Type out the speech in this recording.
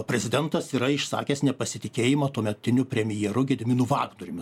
prezidentas yra išsakęs nepasitikėjimą tuometiniu premjeru gediminu vagnoriumi